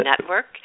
Network